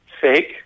fake